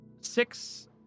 six